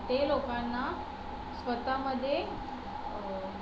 ते लोकांना स्वतःमध्ये